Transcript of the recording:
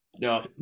No